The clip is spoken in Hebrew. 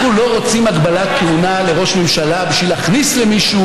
אנחנו לא רוצים הגבלת כהונה לראש ממשלה בשביל להכניס למישהו